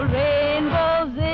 rainbows